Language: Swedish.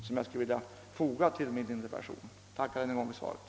Jag tackar än en gång för svaret på min interpellation.